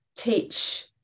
Teach